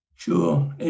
Sure